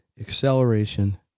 acceleration